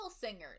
singers